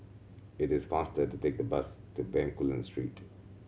it is faster to take the bus to Bencoolen Street